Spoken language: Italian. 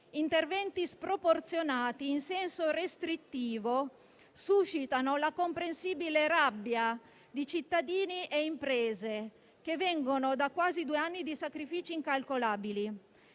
Interventi sproporzionati in senso restrittivo suscitano la comprensibile rabbia di cittadini e imprese che vengono da quasi due anni di sacrifici incalcolabili.